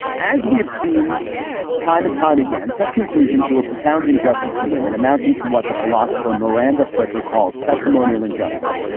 as we have seen time and time again, such conclusions do a profound injustice to women, amounting to what the philosopher miranda fricker calls testimonial injustice,